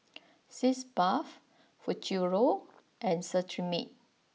Sitz Bath Futuro and Cetrimide